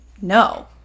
no